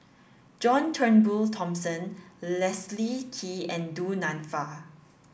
John Turnbull Thomson Leslie Kee and Du Nanfa